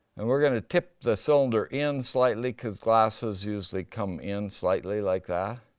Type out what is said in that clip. and we're gonna tip the cylinder in slightly, cause glasses usually come in slightly, like that.